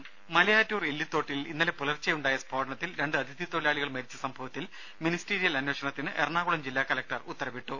ദേദ മലയാറ്റൂർ ഇല്ലിത്തോട്ടിൽ ഇന്നലെ പുലർച്ചെ ഉണ്ടായ സ്ഫോടനത്തിൽ രണ്ടു അതിഥി തൊഴിലാളികൾ മരിച്ച സംഭവത്തിൽ മിനിസ്റ്റീരിയൽ അന്വേഷണത്തിന് എറണാകുളം ജില്ലാ കലക്ടർ ഉത്തരവിട്ടു